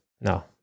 No